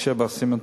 משה בר סימן-טוב,